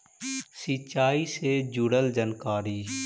सिंचाई से जुड़ल जानकारी?